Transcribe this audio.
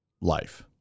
life